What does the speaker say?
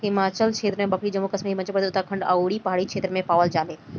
हिमालय क्षेत्र में बकरी जम्मू कश्मीर, हिमाचल, उत्तराखंड अउरी पहाड़ी क्षेत्र में पावल जाले